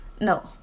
No